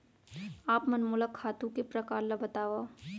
आप मन मोला खातू के प्रकार ल बतावव?